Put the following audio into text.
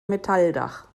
metalldach